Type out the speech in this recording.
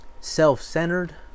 self-centered